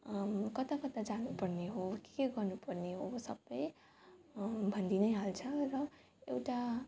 कता कता जानु पर्ने हो के के गर्नु पर्ने हो सब भनिदिइ नै हाल्छ र एउटा